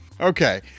Okay